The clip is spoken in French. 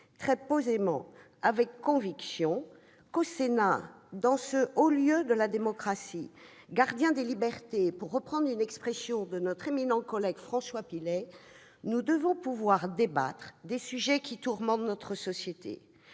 très posément, avec conviction, que, au Sénat, ce haut lieu de la démocratie, « gardien des libertés », pour reprendre une expression de notre éminent collègue François Pillet, nous devons pouvoir débattre des sujets qui tourmentent notre société.